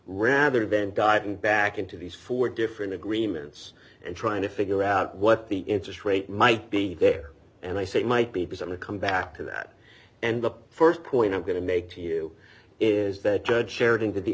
rather than gotten back into these four different agreements d and trying to figure out what the interest rate might be there and i say might be present to come back to that and the st point i'm going to make to you is that judge shared into the